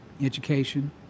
Education